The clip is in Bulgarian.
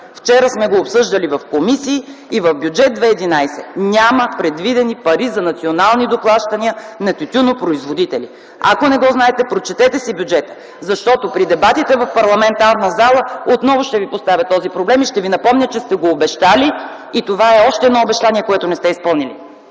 Вчера сме го обсъждали в комисии и в Бюджет 2011 няма предвидени пари за национални доплащания на тютюнопроизводители. Ако не го знаете, прочетете си бюджета, защото при дебатите в парламента аз в залата отново ще поставя този проблем и ще Ви напомня, че сте го обещали. Това е още едно обещание, което не сте изпълнили.